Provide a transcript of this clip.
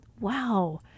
wow